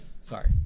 Sorry